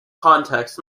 contexts